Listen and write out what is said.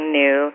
new